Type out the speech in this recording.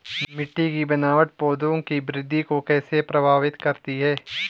मिट्टी की बनावट पौधों की वृद्धि को कैसे प्रभावित करती है?